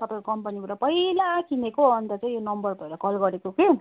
तपाईँको कम्पनीबाट पहिला किनेको अन्त चाहिँ नम्बर भएर कल गरेको कि